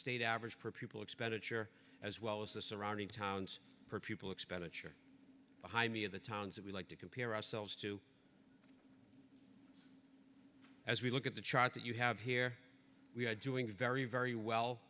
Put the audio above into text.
state average per pupil expenditure as well as the surrounding towns per pupil expenditure jaimie of the towns that we like to compare ourselves to as we look at the chart that you have here we are doing very very well